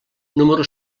número